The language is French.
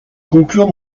conclure